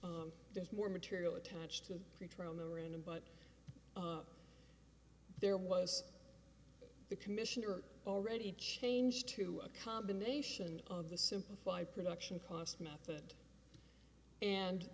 there's more material attached to return on the room but there was the commissioner already changed to a combination of the simplify production cost method and